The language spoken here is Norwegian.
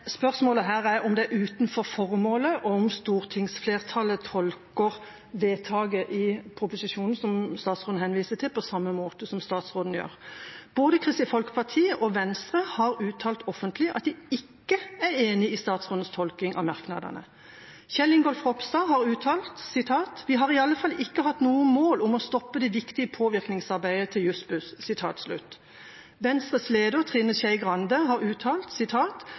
Spørsmålet her er om det er utenfor formålet, og om stortingsflertallet tolker vedtaket i forbindelse med proposisjonen som statsråden henviser til, på samme måte som statsråden gjør. Både Kristelig Folkeparti og Venstre har uttalt offentlig at de ikke er enig i statsrådens tolkning av merknadene. Kjell Ingolf Ropstad har uttalt: «Vi har i alle fall ikke hatt noe mål om å stoppe det viktige påvirkningsarbeidet til Juss-buss.» Venstres leder, Trine Skei Grande, har uttalt: